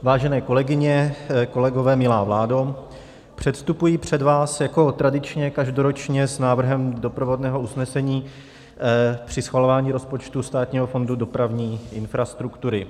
Vážené kolegyně, kolegové, milá vládo, předstupuji před vás jako tradičně každoročně s návrhem doprovodného usnesení při schvalování rozpočtu Státního fondu dopravní infrastruktury.